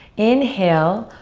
inhale,